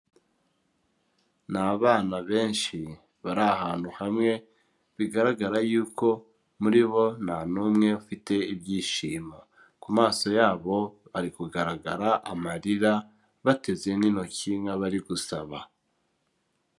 Ni abana benshi bari ahantu hamwe, bigaragara y'uko muri bo nta n'umwe ufite ibyishimo, ku maso yabo hari kugaragara amarira, bateze n'intoki nk'abari gusaba.